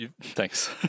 Thanks